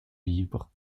libre